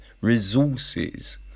resources